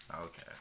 Okay